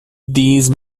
these